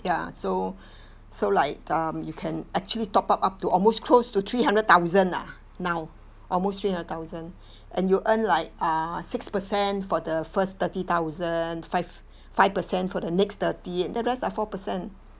ya so so like um you can actually top up up to almost close to three hundred thousand lah now almost three hundred thousand and you earn like err six percent for the first thirty thousand five five percent for the next thirty and the rest are four percent